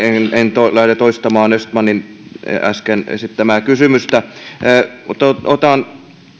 en lähde toistamaan östmanin äsken esittämää kysymystä mutta otan